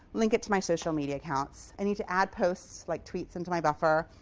link it to my social media accounts. i need to add posts like tweets into my buffer.